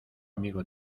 amigo